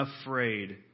afraid